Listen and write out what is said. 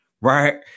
Right